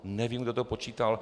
Nevím, kdo to počítal.